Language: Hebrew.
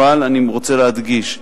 אבל אני רוצה להדגיש,